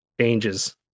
changes